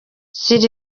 sir